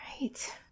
right